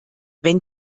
wenn